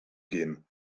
gehen